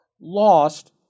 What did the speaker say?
lost